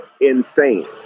insane